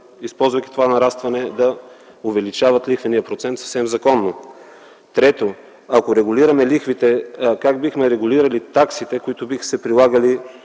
използвайки това нарастване, да увеличават лихвения процент съвсем законно. Трето, ако регулираме лихвите, как бихме регулирали таксите, които биха се прилагали